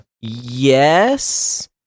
yes